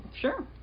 Sure